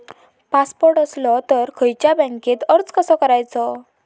Passport असलो तर खयच्या बँकेत अर्ज कसो करायचो?